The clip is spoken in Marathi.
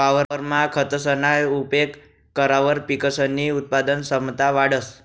वावरमा खतसना उपेग करावर पिकसनी उत्पादन क्षमता वाढंस